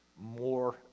more